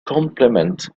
compliment